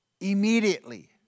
immediately